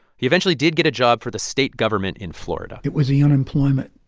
he eventually did get a job for the state government in florida it was the unemployment